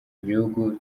gihugu